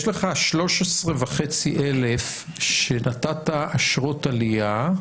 יש לך 13,500 שנתת אשרות עלייה.